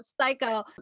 psycho